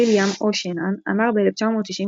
ויליאם או שנהן אמר ב-1962